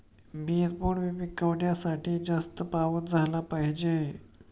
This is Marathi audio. मिरपूड पिकवण्यासाठी जास्त पाऊस झाला पाहिजे